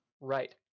Right